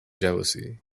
jealousy